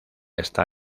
está